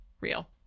real